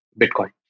bitcoin